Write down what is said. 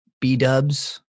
B-dubs